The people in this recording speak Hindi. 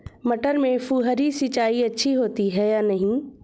मटर में फुहरी सिंचाई अच्छी होती है या नहीं?